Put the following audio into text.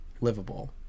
livable